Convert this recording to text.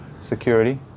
security